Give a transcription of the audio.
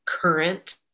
current